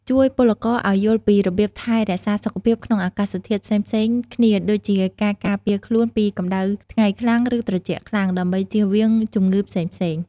ជួយពលករឱ្យយល់ពីរបៀបថែរក្សាសុខភាពក្នុងអាកាសធាតុផ្សេងៗគ្នាដូចជាការការពារខ្លួនពីកម្តៅថ្ងៃខ្លាំង ឬត្រជាក់ខ្លាំង ដើម្បីជៀសវាងជំងឺផ្សេងៗ។